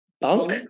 bunk